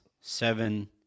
seven